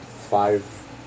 five